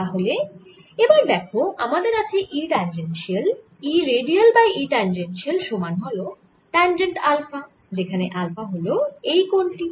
তাহলে এবার দেখো আমাদের আছে E tangential E radial by E tangential সমান হল ট্যাঞ্জেন্ট আলফা যেখানে আলফা হল এই কোণ টি